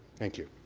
thank you.